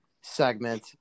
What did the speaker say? segment